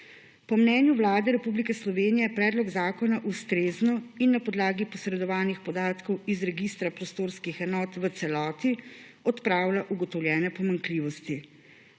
Po mnenju Vlade Republike Slovenije predlog zakona ustrezno in na podlagi posredovanih podatkov iz Registra prostorskih enot v celoti odpravlja ugotovljene pomanjkljivosti.